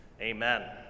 Amen